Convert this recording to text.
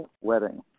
wedding